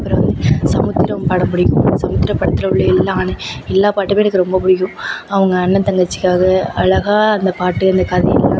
அப்புறம் வந்து சமுத்திரம் படம் பிடிக்கும் சமுத்திரப் படத்தில் உள்ள எல்லாமே எல்லா பாட்டுமே எனக்கு ரொம்ப பிடிக்கும் அவங்க அண்ணன் தங்கச்சியாக அழகாக அந்த பாட்டு அந்த கதை எல்லாம்